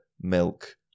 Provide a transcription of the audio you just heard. milk